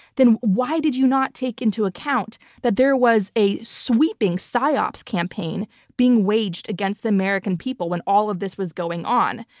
then why did you not take into account that there was a sweeping psyops campaign being waged against the american people when all of this was going on?